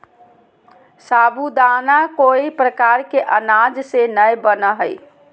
साबूदाना कोय प्रकार के अनाज से नय बनय हइ